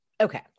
Okay